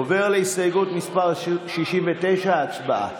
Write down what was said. עובר להסתייגות 69. הצבעה.